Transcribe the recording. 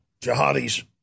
jihadis